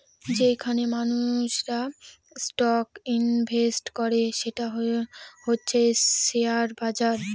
যেইখানে মানুষেরা stock invest করে সেটা হচ্ছে শেয়ার বাজার